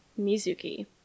Mizuki